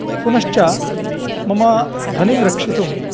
पुनश्च मम ध्वनिं रक्षितुं